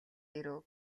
ирэв